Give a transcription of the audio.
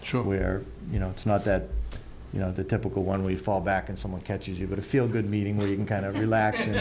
short where you know it's not that you know the typical one we fall back and someone catches you get a feel good meeting where you can kind of relax